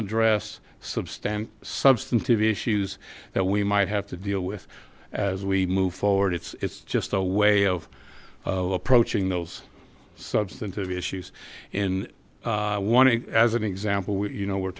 address substan substantive issues that we might have to deal with as we move forward it's it's just a way of approaching those substantive issues in one as an example you know we're